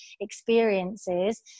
experiences